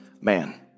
man